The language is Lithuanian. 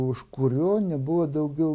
už kurio nebuvo daugiau